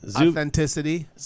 Authenticity